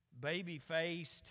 baby-faced